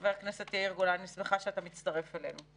חבר הכנסת יאיר גולן, אני שמחה שאתה מצטרף אלינו.